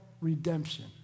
redemption